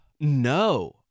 No